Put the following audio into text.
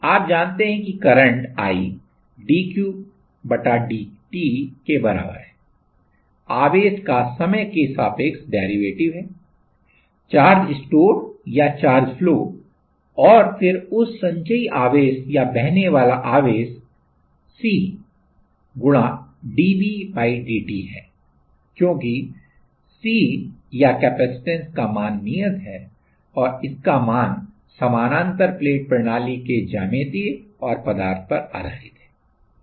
आप जानते है कि करंट i dQdt के बराबर हैं आवेश का समय के सापेक्ष डेरीवेटिव है चार्ज स्टोर या चार्ज फ्लो और फिर उस पर संचयी आवेश या बहने वाला आवेश C dVdt है क्योंकि C या कैपेसिटेंस का मान नियत है और इसका मान समान्तर प्लेट प्रणाली के ज्यामिति और पदार्थ पर आधारित है